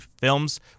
films